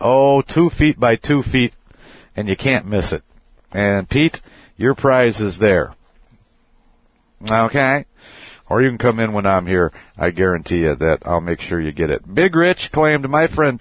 oh two feet by two feet and you can't miss it and pete your prize is there or you can come in when i'm here i guarantee that i'll make sure you get it big rich claim to my friend